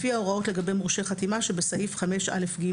לפי ההוראות לגבי מורשי חתימה שבסעיף 5א(ג)